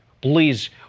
Please